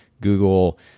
Google